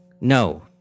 No